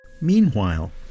Meanwhile